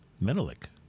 Menelik